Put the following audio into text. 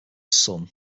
son